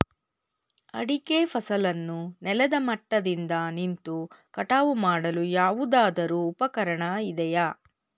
ಅಡಿಕೆ ಫಸಲನ್ನು ನೆಲದ ಮಟ್ಟದಿಂದ ನಿಂತು ಕಟಾವು ಮಾಡಲು ಯಾವುದಾದರು ಉಪಕರಣ ಇದೆಯಾ?